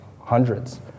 hundreds